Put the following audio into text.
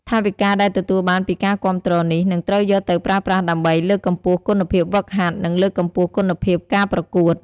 ថវិកាដែលទទួលបានពីការគាំទ្រនេះ នឹងត្រូវយកទៅប្រើប្រាស់ដើម្បី លើកកម្ពស់គុណភាពហ្វឹកហាត់ និងលើកកម្ពស់គុណភាពការប្រកួត។